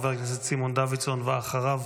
חבר הכנסת סימון דוידסון, ואחריו,